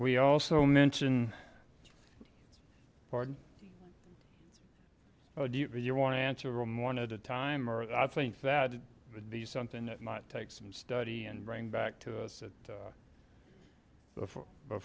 we also mentioned pardon oh do you want to answer them one at a time or i think that would be something that might take some study and bring back to us at before